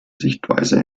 sichtweise